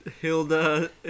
Hilda